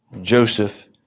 Joseph